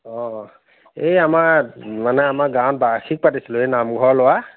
অঁ এই আমাৰ মানে আমাৰ গাঁৱত বাৰ্ষিক পাতিছিলোঁ এই নামঘৰ লোৱা